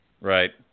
Right